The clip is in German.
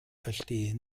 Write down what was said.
verstehe